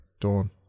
Dawn